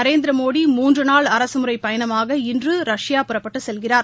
நரேந்திர மோடி மூன்று நாள் அரசுமுறை பயணமாக இன்று ரஷ்பா புறப்பட்டுச் செல்கிறார்